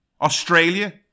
Australia